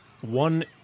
one